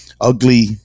ugly